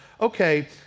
okay